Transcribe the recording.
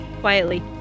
quietly